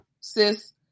sis